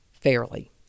fairly